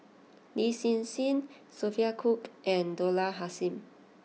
Lin Hsin Hsin Sophia Cooke and Dollah Kassim